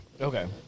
Okay